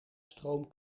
stroom